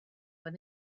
when